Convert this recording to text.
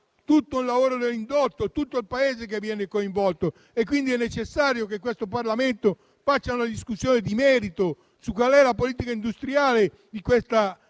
tutto l'indotto. Tutto il Paese viene coinvolto e quindi è necessario che questo Parlamento faccia una discussione di merito su qual è la politica industriale di questa grande